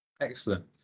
excellent